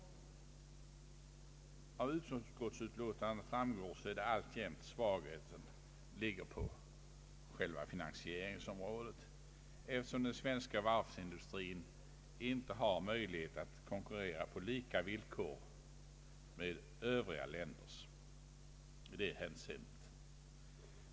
Av utskottsutlåtandet framgår att svagheten alltjämt ligger på själva finansieringsområdet, eftersom den svenska varvsindustrin inte har möjlighet att konkurrera på lika villkor med övriga länders industrier i detta avseende.